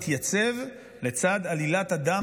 התייצב לצד עלילת הדם